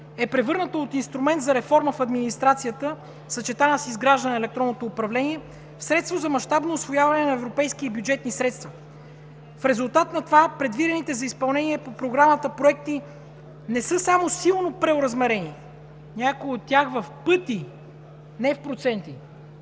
е превърнат от инструмент за реформа в администрацията, съчетана с изграждане на електронното управление в средство за мащабно усвояване на европейски и бюджетни средства. В резултат на това предвидените за изпълнение по Програмата проекти не са само силно преоразмерени – някои от тях в пъти, не в проценти,